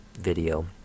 video